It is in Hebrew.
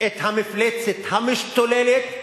את המפלצת המשתוללת,